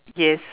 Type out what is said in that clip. yes